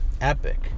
Epic